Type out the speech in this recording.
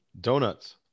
Donuts